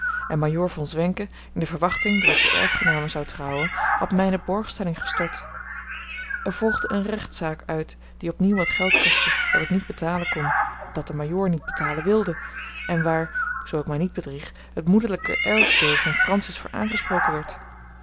en majoor von zwenken in de verwachting dat ik de erfgename zou trouwen had mijne borgstelling gestort er volgde een rechtszaak uit die opnieuw wat geld kostte dat ik niet betalen kon dat de majoor niet betalen wilde en waar zoo ik mij niet bedrieg het moederlijke erfdeel van francis voor aangesproken werd